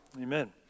Amen